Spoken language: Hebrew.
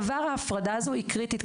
ההפרדה הזו היא קריטית,